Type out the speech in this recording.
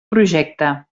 projecte